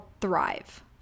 Thrive